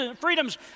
freedoms